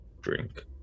drink